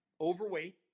overweight